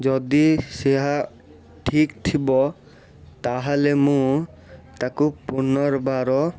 ଯଦି ସେହା ଠିକ ଥିବ ତା'ହେଲେ ମୁଁ ତାକୁ ପୁନର୍ବାର